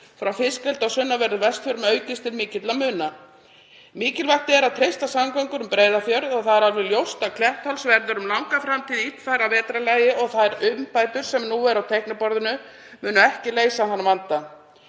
frá fiskeldi á sunnanverðum Vestfjörðum aukist til mikilla muna. Mikilvægt er að treysta samgöngur um Breiðafjörð. Það er alveg ljóst að Klettsháls verður um langa framtíð illfær að vetrarlagi og þær umbætur sem nú eru á teikniborðinu munu ekki leysa þann vanda.